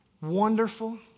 wonderful